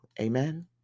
Amen